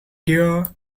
dear